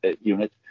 unit